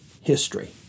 history